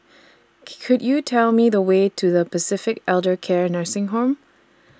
Could YOU Tell Me The Way to The Pacific Elder Care Nursing Home